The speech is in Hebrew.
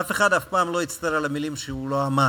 אף אחד אף פעם לא הצטער על המילים שהוא לא אמר.